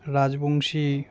Rajbanshi